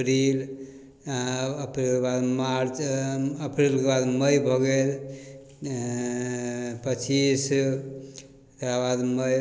अप्रील आओर अप्रीलके बाद मार्च अप्रीलके बाद मइ भऽ गेल पचीस तकरा बाद मइ